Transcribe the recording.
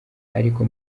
ariko